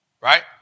Right